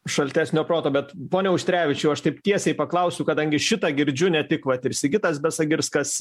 šaltesnio proto bet pone auštrevičiau aš taip tiesiai paklausiu kadangi šitą girdžiu ne tik vat ir sigitas besagirskas